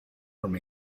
from